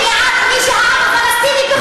אני בעד מי שהעם הפלסטיני יבחר.